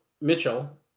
Mitchell